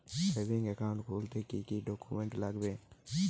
Savings account খুলতে কি কি ডকুমেন্টস লাগবে?